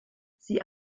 sie